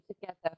together